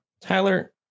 Tyler